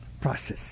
process